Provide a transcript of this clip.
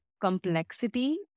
complexity